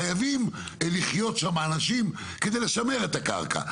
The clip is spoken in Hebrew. חייבים לחיות שם אנשים כדי לְשַׁמֵּר את הקרקע.